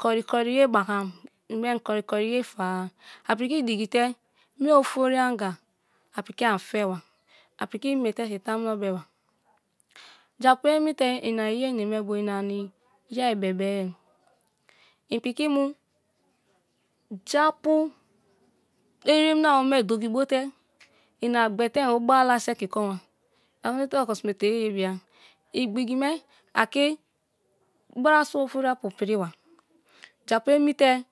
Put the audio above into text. kori kori ye bakam ibem kori koriye fa-a a piki digi te mie ofori anga a piki ani feba, a piki imi tet ke tamuno be̠ba. Japu emi te ina iyi enebo ina ni ye be̠be̠ inpiki mu ja pu eremina awo̠me dogi bite ina gbete inbo bak seki ko̠n ba a ine te oko simi te ye ye bia. Igbi gi me ake biua sua afori apu priba, japu emi te̠